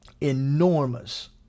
Enormous